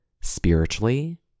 spiritually